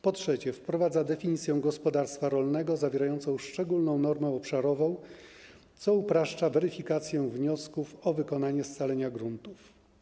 Po trzecie, wprowadza się definicję gospodarstwa rolnego zawierającą szczególną normę obszarową, co upraszcza weryfikację wniosków o wykonanie scalenia gruntów.